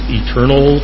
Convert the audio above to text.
eternal